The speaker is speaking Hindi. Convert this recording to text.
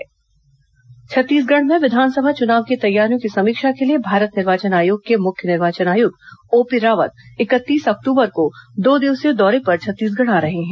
मुख्य निर्वाचन आयुक्त छत्तीसगढ़ छत्तीसगढ़ में विधानसभा चुनाव की तैयारियों की समीक्षा के लिए भारत निर्वाचन आयोग के मुख्य निर्वाचन आयुक्त ओपी रावत इकतीस अक्टूबर को दो दिवसीय दौरे पर छत्तीसगढ़ आ रहे हैं